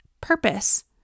purpose